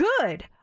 good